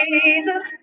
Jesus